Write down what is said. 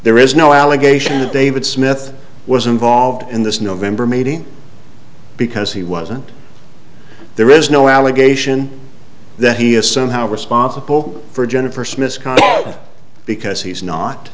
there is no allegation that david smith was involved in this november meeting because he wasn't there is no allegation that he is somehow responsible for jennifer smith's car because he's not